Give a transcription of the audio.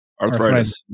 arthritis